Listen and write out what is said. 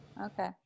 Okay